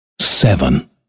seven